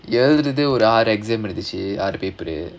எழுதுறது ஒரு ஆறு:eluthurathu oru aaru exam இருந்துச்சு ஆறு:irunthuchu aaru paper uh